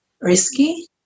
risky